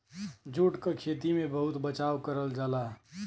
jute क खेती में बहुत बचाव करल जाला